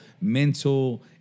mental